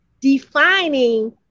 defining